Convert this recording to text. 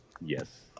Yes